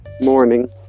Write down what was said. morning